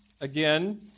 again